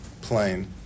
plane